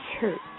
church